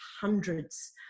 hundreds